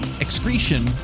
excretion